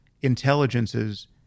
intelligences